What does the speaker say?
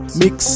mix